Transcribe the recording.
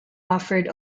offered